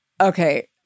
okay